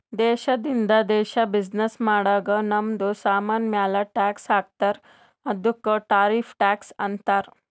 ದೇಶದಿಂದ ದೇಶ್ ಬಿಸಿನ್ನೆಸ್ ಮಾಡಾಗ್ ನಮ್ದು ಸಾಮಾನ್ ಮ್ಯಾಲ ಟ್ಯಾಕ್ಸ್ ಹಾಕ್ತಾರ್ ಅದ್ದುಕ ಟಾರಿಫ್ ಟ್ಯಾಕ್ಸ್ ಅಂತಾರ್